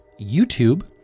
YouTube